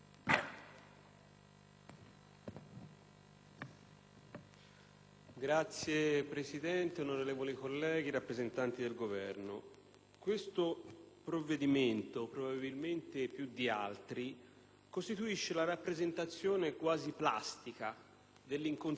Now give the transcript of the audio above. Signora Presidente, onorevoli colleghi, rappresentanti del Governo, questo provvedimento probabilmente più di altri costituisce la rappresentazione quasi plastica della inconsistenza di questo Governo.